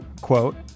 quote